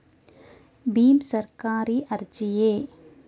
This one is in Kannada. ಭೀಮ್ ಸರ್ಕಾರಿ ಅರ್ಜಿಯೇ?